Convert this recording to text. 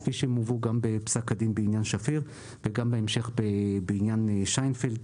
כפי שהם הובאו גם בפסק הדין בעניין שפיר וגם בהמשך בעניין שיינפלד,